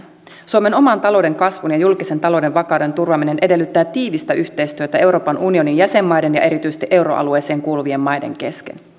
suomen oman talouden kasvun ja julkisen talouden vakauden turvaaminen edellyttää tiivistä yhteistyötä euroopan unionin jäsenmaiden ja erityisesti euroalueeseen kuuluvien maiden kesken